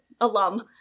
alum